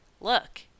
Look